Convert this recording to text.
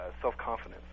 self-confidence